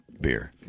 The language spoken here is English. beer